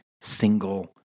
single